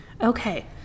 Okay